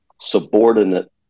subordinate